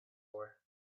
war